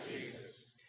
Jesus